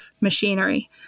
machinery